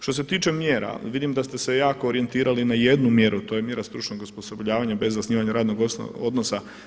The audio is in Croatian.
Što se tiče mjera, vidim da ste se jako orijentirali na jednu mjeru, to je mjera stručnog osposobljavanja bez zasnivanja radnog odnosa.